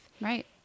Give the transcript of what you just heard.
Right